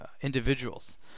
individuals